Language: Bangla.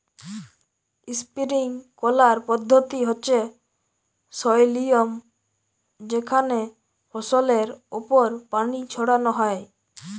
স্প্রিংকলার পদ্ধতি হচ্যে সই লিয়ম যেখানে ফসলের ওপর পানি ছড়ান হয়